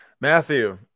Matthew